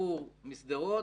בחור משדרות,